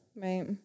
Right